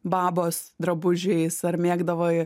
babos drabužiais ar mėgdavai